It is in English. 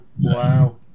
Wow